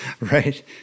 right